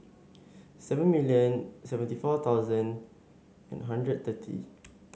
seven million seventy four thousand and hundred thirty